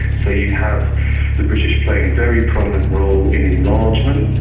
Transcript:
so you have the british playing a very prominent role in enlargement,